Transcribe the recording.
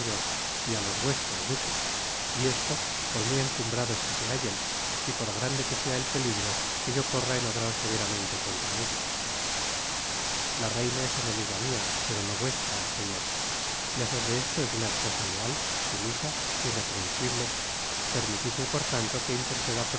á los vuestros duque yeso por muy encumbrados que se hallen y por grande que sea el peligro que yo corra en obrar severamente contra ellos la reina es enemiga mia pero no vuestra señor léjos de esto es una esposa leal sumisa irreprensible permitidme por tanto que interceda